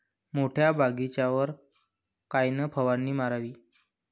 मोठ्या बगीचावर कायन फवारनी करावी?